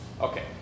Okay